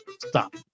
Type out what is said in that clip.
Stop